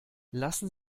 lassen